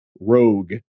Rogue